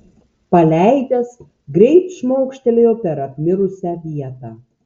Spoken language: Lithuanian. paleidęs greit šmaukštelėjo per apmirusią vietą